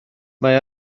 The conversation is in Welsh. mae